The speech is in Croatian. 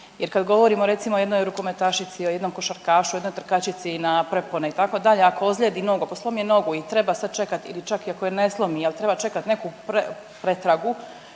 jer kada govorimo recimo o jednoj rukometašici, o jednom košarkašu, o jednoj trkačici na prepone itd., ako ozlijedi nogu, pa slomije nogu i treba sad čekati ili čak i ako je ne slomi jel treba čekat treba pretragu